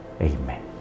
Amen